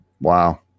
Wow